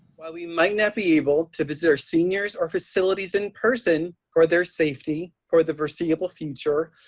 while we might not be able to visit our seniors or facilities in person for their safety for the foreseeable future,